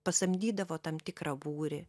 pasamdydavo tam tikrą būrį